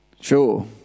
Sure